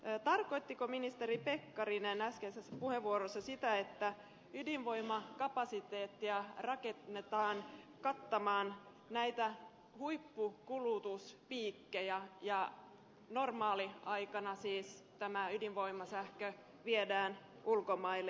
tarkoittiko ministeri pekkarinen äskeisessä puheenvuorossaan sitä että ydinvoimakapasiteettia rakennetaan kattamaan näitä huippukulutuspiikkejä ja normaaliaikana siis tämä ydinvoimasähkö viedään ulkomaille